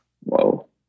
Whoa